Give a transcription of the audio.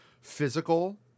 physical